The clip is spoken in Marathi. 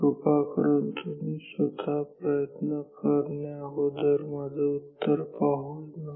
कृपा करून तुम्ही स्वतः प्रयत्न करण्याअगोदर माझं उत्तर पाहू नका